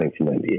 1998